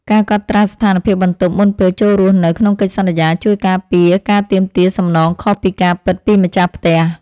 ការកត់ត្រាស្ថានភាពបន្ទប់មុនពេលចូលរស់នៅក្នុងកិច្ចសន្យាជួយការពារការទាមទារសំណងខុសពីការពិតពីម្ចាស់ផ្ទះ។